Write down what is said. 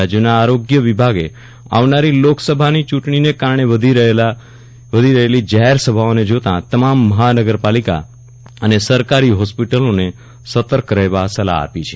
રાજ્યના આરોગ્ય વિભાગે આવનારી લોકસભા ચૂંટણીને કારજ્ઞે વધી રહેલી જાહેરસભાઓને જોતા તમામ મહાનગરપાલિકા અને સરકારી હોસ્પિટલોને સતર્ક રહેવા સલાહ આપી છે